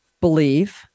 believe